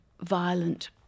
violent